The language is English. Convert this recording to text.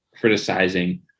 criticizing